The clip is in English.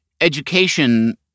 education